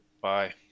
Bye